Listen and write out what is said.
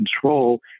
control